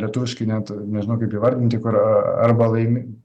lietuviškai net nežinau kaip įvardinti kur a arba laimi